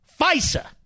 FISA